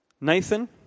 Nathan